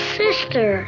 sister